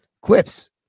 quips